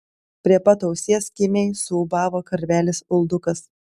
prie pat ausies kimiai suūbavo karvelis uldukas